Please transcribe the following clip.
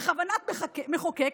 בכוונת מחוקק,